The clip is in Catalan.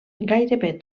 gairebé